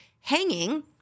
hanging